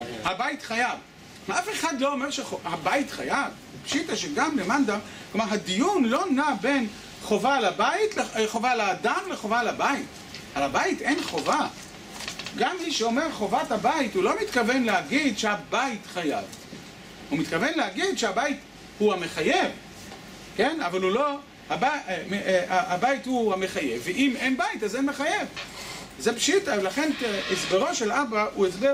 הבית חייב. כלומר, אף אחד לא אומר שהבית חייב. פשיטא שגם למאן דא... כלומר, הדיון לא נע בין חובה על הבית, חובה על האדם וחובה על הבית. על הבית אין חובה. גם איש שאומר חובת הבית, הוא לא מתכוון להגיד שהבית חייב. הוא מתכוון להגיד שהבית הוא המחייב. כן? אבל הוא לא... הבית הוא המחייב. ואם אין בית, אז אין מחייב. זה פשיטא, ולכן הסברו של אבא, הוא הסבר...